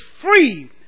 free